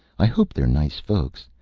i hope they're nice folks.